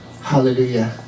Hallelujah